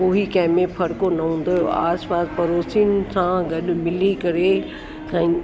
कोई कंहिंमें फ़ख़ुरु न हूंदो आस पास पड़ोसीनि सां गॾु मिली करे